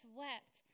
wept